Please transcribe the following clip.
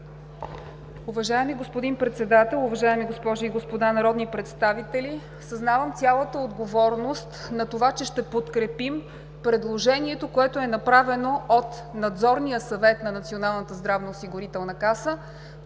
Уважаеми господин Председател, уважаеми госпожи и господа народни представители! Съзнавам цялата отговорност на това, че ще подкрепим предложението, направено от Надзорния съвет на Национална здравноосигурителна каса